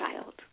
child